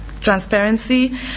transparency